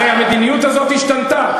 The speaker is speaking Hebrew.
הרי המדיניות הזאת השתנתה.